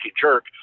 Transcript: jerk